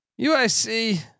UIC